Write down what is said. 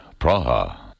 Praha